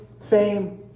fame